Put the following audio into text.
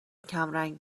کمرنگ